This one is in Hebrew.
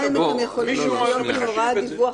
הרי דיברנו פה על שקידה סבירה.